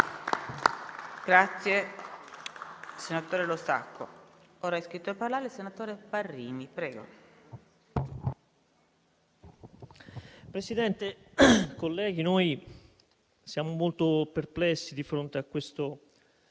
Presidente, colleghi, noi siamo molto perplessi di fronte a questo